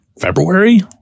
February